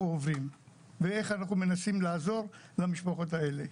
עוברים ואיך אנחנו מנסים לעזור למשפחות האלה.